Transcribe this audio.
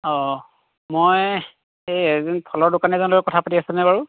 অঁ মই এজন ফলৰ দোকানী জনৰ লগত কথা পাতি আছোঁনে বাৰু